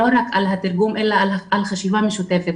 לא רק על התרגום אלא גם על חשיבה משותפת,